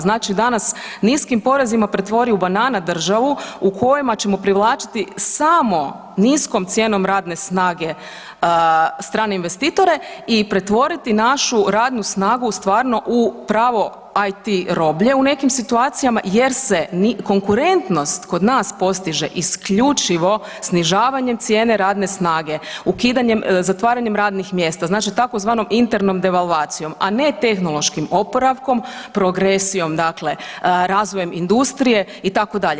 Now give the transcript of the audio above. Znači da nas niskim porezima pretvori u banana državu u kojima ćemo samo niskom cijenom radne snage strane investitore i pretvoriti našu radnu snagu stvarno u pravo IT roblje u nekim situacijama jer se konkurentnost kod nas postiže isključivo snižavanjem cijene radne snage, ukidanjem, zatvaranjem radnih mjesta, znači tzv. internom devalvacijom, a ne tehnološkim oporavkom, progresijom dakle, razvojem industrije itd.